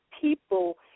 people